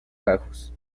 bajos